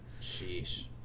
Sheesh